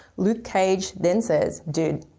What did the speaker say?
luke cage then says, dude,